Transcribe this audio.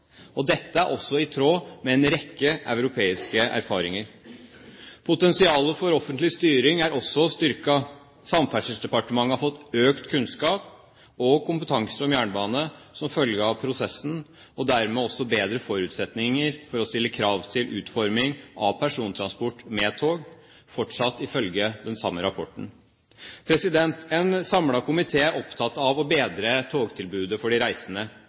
passasjertall. Dette er også i tråd med en rekke europeiske erfaringer. Potensialet for offentlig styring er også styrket. Samferdselsdepartementet har fått økt kunnskap og kompetanse om jernbane som følge av prosessen, og dermed også bedre forutsetninger for å stille krav til utforming av persontransport med tog – fortsatt ifølge den samme rapporten. En samlet komité er opptatt av å bedre togtilbudet for de reisende.